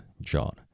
John